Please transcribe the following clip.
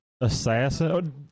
Assassin